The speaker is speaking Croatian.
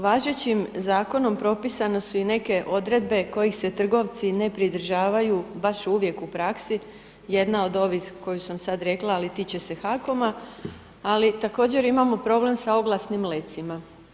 Važećim zakonom propisane su i neke odredbe, kojih se trgovci ne pridržavaju baš uvijek u praksi, jedna od ovih koji sam sada rekla, a tiče se HAKOM-a, ali također imamo problem s oglasnim lecima.